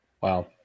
wow